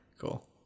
Cool